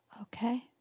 Okay